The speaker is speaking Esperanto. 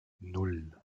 nul